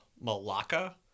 Malacca